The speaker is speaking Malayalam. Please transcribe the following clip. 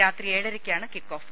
രാത്രി ഏഴരയ്ക്കാണ് കിക്കോഫ്